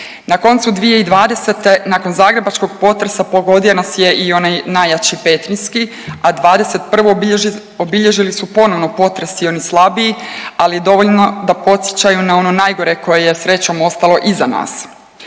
Na koncu 2020. nakon zagrebačkog potresa pogodio nas je i onaj najjači petrinjski, a '21. obilježili su ponovo potresi, oni slabiji ali dovoljno da podsjećaju na ono najgore koje je srećom ostalo iza nas.